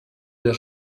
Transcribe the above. der